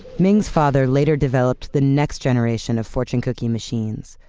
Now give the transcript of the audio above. ming's father later developed the next generation of fortune cookie machines,